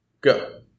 Go